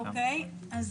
אני